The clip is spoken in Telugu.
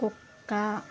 కుక్క